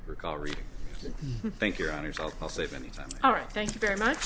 recall reading thank your honour's i'll save any time all right thank you very much